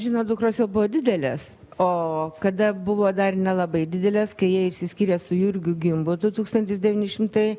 žinot dukros jau buvo didelės o kada buvo dar nelabai didelės kai jie išsiskyrė su jurgiu gimbutu tūkstantis devyni šimtai